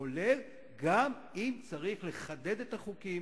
כולל גם אם צריך לחדד את החוקים,